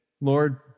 Lord